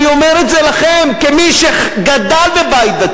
גברתי היושבת-ראש, חברי חברי הכנסת, שר הביטחון,